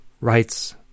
writes